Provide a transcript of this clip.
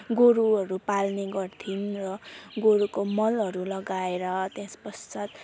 गोरुहरू पालने गर्थे र गोरुको मलहरू लगाएर त्यस पश्चात